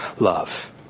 love